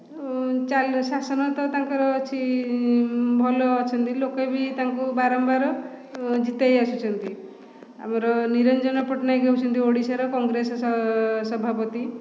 ଚାଲି ଶାସନ ତ ତାଙ୍କର ଅଛି ଭଲ ଅଛନ୍ତି ଲୋକେ ବି ତାଙ୍କୁ ବାରମ୍ବାର ଜିତାଇ ଆସୁଛନ୍ତି ଆମର ନିରଞ୍ଜନ ପଟ୍ଟନାୟକ ହେଉଛନ୍ତି ଓଡ଼ିଶାର କଂଗ୍ରେସ ସଭାପତି